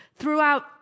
Throughout